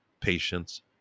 patience